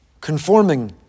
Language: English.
conforming